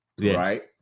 Right